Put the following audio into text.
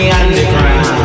underground